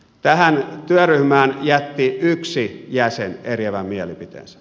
tähän työryhmään jätti yksi jäsen eriävän mielipiteensä